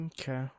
Okay